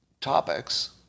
topics